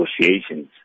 negotiations